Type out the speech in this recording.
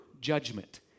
judgment